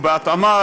ובהתאמה,